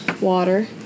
Water